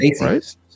right